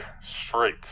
straight